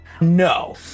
No